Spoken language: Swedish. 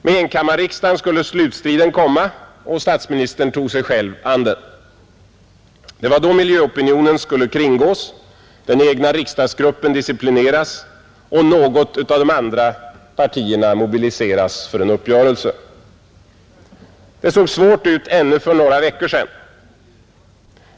Med enkammarriksdagen skulle slutstriden komma, och statsministern tog sig själv an den. Det var då miljöopinionen skulle kringgås, den egna riksdagsgruppen disciplineras och något av de andra partierna mobiliseras för en uppgörelse. Det såg svårt ut ännu för några veckor sedan.